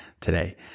today